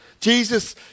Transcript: Jesus